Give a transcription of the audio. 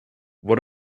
what